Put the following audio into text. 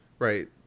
Right